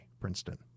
Princeton